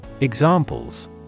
Examples